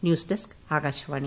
news desk Akashvani